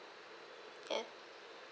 yes